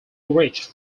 reached